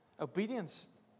Obedience